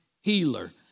healer